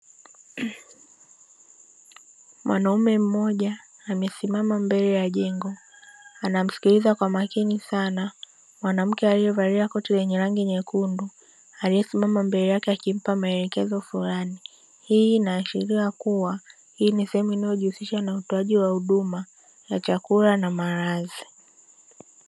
Mwanaume mmoja amesimama mbele ya jengo anamsikiliza kwa makini sana mwanamke aliyevalia koti lenye rangi nyekundu, aliyesimama mbele yake akimpa maelekezo fulani; hii inaashiria kuwa hii ni sehemu inayojihusisha na utoaji wa huduma ya chakula na malazi.